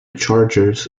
chargers